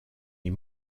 est